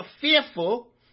fearful